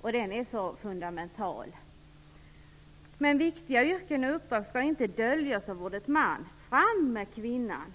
och den är så fundamental. Men viktiga yrken och uppdrag skall inte döljas av ordet man. Fram med kvinnan!